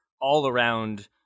all-around